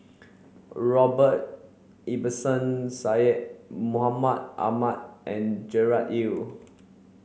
Robert Ibbetson Syed Mohamed Ahmed and Gerard Ee